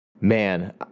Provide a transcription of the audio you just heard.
man